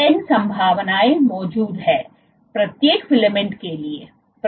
n संभावनाएं मौजूद हैं प्रत्येक फिलामेंट के लिए